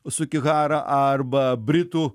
sugihara arba britų